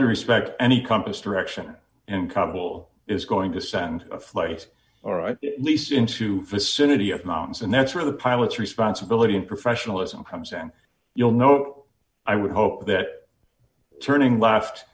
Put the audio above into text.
due respect any compass direction and kabul is going to send a flight or at least into vicinity of mountains and that's where the pilots responsibility and professionalism comes and you'll know i would hope that turning left